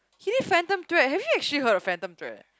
can you fathom drag have you actually heard of fathom drag